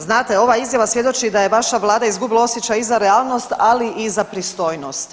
Znate ova izjava svjedoči da je vaša vlada izgubila osjećaj i za realnost, ali i za pristojnost.